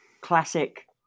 classic